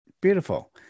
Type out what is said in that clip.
Beautiful